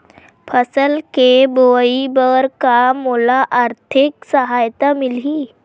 फसल के बोआई बर का मोला आर्थिक सहायता मिलही?